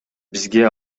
бизге